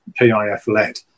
PIF-led